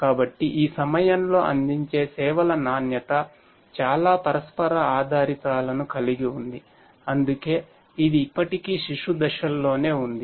కాబట్టి ఈ సమయంలో అందించే సేవల నాణ్యత చాలా పరస్పర ఆధారితాలను కలిగి ఉంది అందుకే ఇది ఇప్పటికీ శిశు దశల్లోనే ఉంది